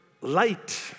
light